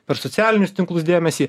per socialinius tinklus dėmesį